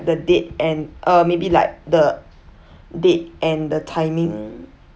the date and uh maybe like the date and the timing